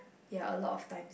ya a lot of time